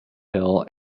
hill